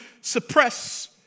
suppress